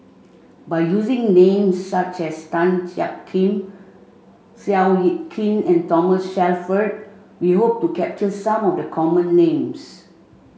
by using names such as Tan Jiak Kim Seow Yit Kin and Thomas Shelford we hope to capture some of the common names